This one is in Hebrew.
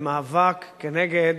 במאבק כנגד